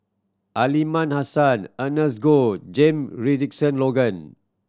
Aliman Hassan Ernest Goh Jame Richardson Logan